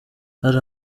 hari